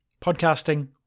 podcasting